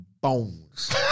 bones